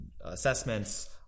assessments